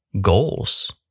goals